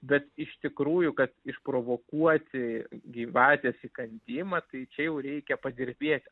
bet iš tikrųjų kad išprovokuoti gyvatės įkandimą tai čia jau reikia padirbėti